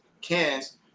cans